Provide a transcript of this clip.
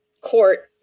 court